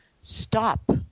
stop